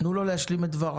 תנו לו להשלים את דבריו.